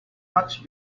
much